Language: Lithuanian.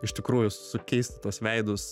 iš tikrųjų sukeisti tuos veidus